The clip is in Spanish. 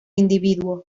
individuo